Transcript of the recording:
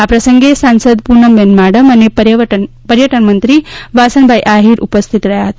આ પ્રસંગે સાંસદ પૂનમબેન માડમ અને પર્યટન મંત્રી વાસણભાઈ આહિર ઉપસ્થિત હતા